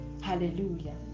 hallelujah